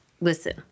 Listen